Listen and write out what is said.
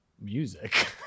Music